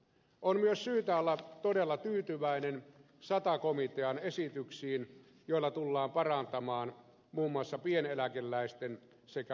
on myös syytä olla todella tyytyväinen sata komitean esityksiin joilla tullaan parantamaan muun muassa pieneläkeläisten sekä lapsiperheitten asemaa